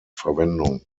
verwendung